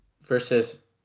versus